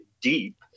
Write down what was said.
deep